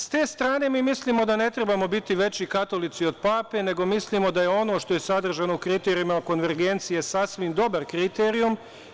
Sa te strane mi mislimo da ne trebamo biti veći katolici od pape, nego mislimo da je ono što je sadržano u kriterijumima o konvergenciji je sasvim dobar kriterijum.